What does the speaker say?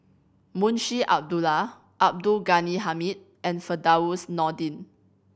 Munshi Abdullah Abdul Ghani Hamid and Firdaus Nordin